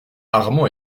armand